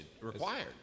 required